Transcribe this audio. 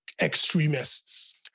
extremists